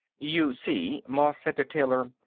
you see, moss said to taylor,